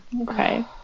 okay